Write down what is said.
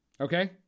okay